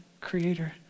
creator